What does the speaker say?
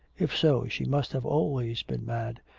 if so she must have always been mad,